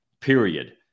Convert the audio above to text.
period